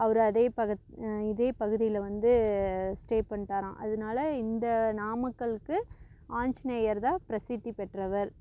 அவர் அதே பதத் இதே பகுதியில வந்து ஸ்டே பண்ணிவிட்டாராம் அதனால இந்த நாமக்கல்க்கு ஆஞ்சநேயர் தான் பிரசித்தி பெற்றவர்